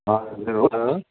अँ हजुर हो त